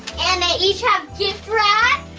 and they each have gift wrap.